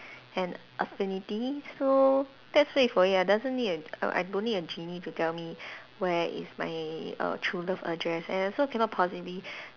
and affinity so just wait for it doesn't mean I I don't need a genie to tell me where is my err true love address and I also cannot possibly